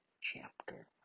chapter